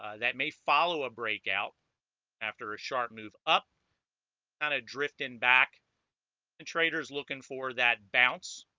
ah that may follow a breakout after a sharp move up and adrift in back and traders looking for that bounce